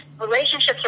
relationships